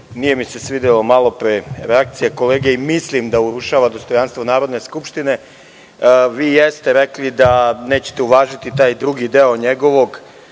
Nije mi se malopre svidela reakcija kolege. Mislim da urušava dostojanstvo Narodne skupštine. Vi jeste rekli da nećete uvažiti taj drugi deo njegovog